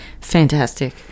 fantastic